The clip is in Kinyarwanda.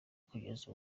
kugeza